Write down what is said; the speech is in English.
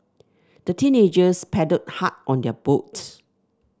the teenagers paddled hard on their boat